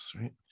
right